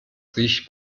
riecht